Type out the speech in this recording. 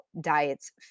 diets